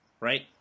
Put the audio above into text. Right